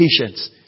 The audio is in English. patience